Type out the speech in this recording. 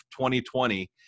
2020